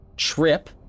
trip